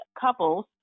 couples